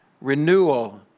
renewal